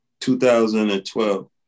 2012